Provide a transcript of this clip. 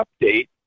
update